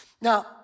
Now